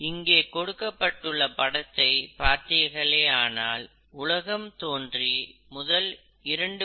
இங்கே கொடுக்கப்பட்டுள்ள படத்தை பார்த்தீர்களேயானால் உலகம் தோன்றி முதல் 2